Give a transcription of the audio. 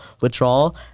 withdrawal